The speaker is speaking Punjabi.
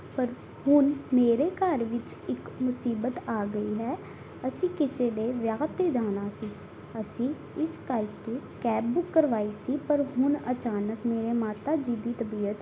ਪਰ ਹੁਣ ਮੇਰੇ ਘਰ ਵਿੱਚ ਇੱਕ ਮੁਸੀਬਤ ਆ ਗਈ ਹੈ ਅਸੀਂ ਕਿਸੇ ਦੇ ਵਿਆਹ 'ਤੇ ਜਾਣਾ ਸੀ ਅਸੀਂ ਇਸ ਕਰਕੇ ਕੈਬ ਬੁੱਕ ਕਰਵਾਈ ਸੀ ਪਰ ਹੁਣ ਅਚਾਨਕ ਮੇਰੇ ਮਾਤਾ ਜੀ ਦੀ ਤਬੀਅਤ